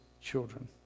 children